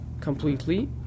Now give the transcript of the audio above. completely